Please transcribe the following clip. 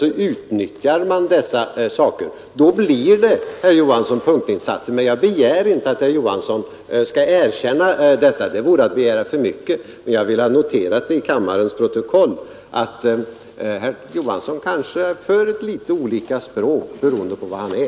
Då blir det punktinsatser, men det vore att begära för mycket att herr Johansson skall erkänna detta. Jag vill emellertid ha noterat till kammarens protokoll att herr Johansson kanske för litet olika språk, beroende på var han är.